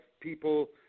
people